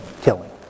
killing